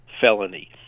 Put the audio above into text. felony